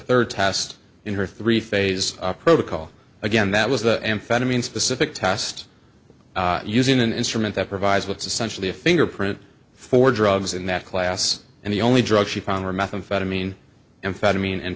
third test in her three phase protocol again that was the amphetamine specific test using an instrument that provides what's essentially a fingerprint for drugs in that class and the only drugs she found were methamphetamine amphetamine and